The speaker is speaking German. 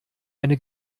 eine